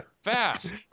fast